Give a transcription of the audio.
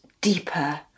deeper